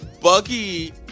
Buggy